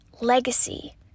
Legacy